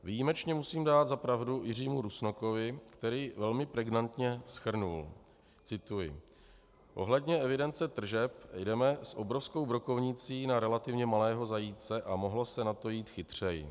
Výjimečně musím dát za pravdu Jiřímu Rusnokovi, který velmi pregnantně shrnul cituji: Ohledně evidence tržeb jdeme s obrovskou brokovnicí na relativně malého zajíce, a mohlo se na to jít chytřeji.